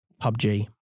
PUBG